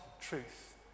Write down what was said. truth